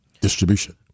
distribution